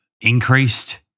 increased